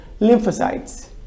lymphocytes